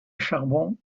charbon